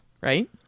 right